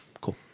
cool